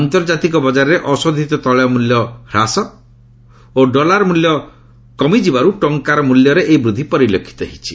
ଆନ୍ତର୍ଜାତିକ ବକାରରେ ଅଶୋଧିତ ତୈଳ ମୂଲ୍ୟ କମ୍ହେବା ଓ ଡଲାରର ମୂଲ୍ୟ ହ୍ରାସ ପାଇବାରୁ ଟଙ୍କାରୁ ମୂଲ୍ୟରେ ଏହି ବୃଦ୍ଧି ପରିଲକ୍ଷିତ ହୋଇଛି